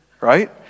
right